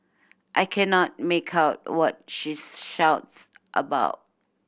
I cannot make out what she shouts about